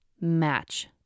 match